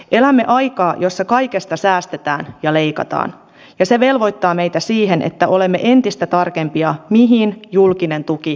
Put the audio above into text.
elämme aikaa jossa kaikesta säästetään ja leikataan ja se velvoittaa meitä siihen että olemme entistä tarkempia mihin julkinen tuki suunnataan